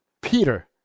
peter